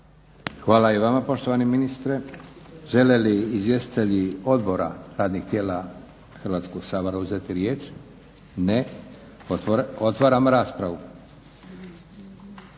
Hvala i vama poštovani ministre. Žele li izvjestitelji odbora, radnih tijela Hrvatskog sabora uzeti riječ? Ne. Otvaram raspravu.